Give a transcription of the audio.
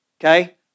okay